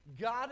God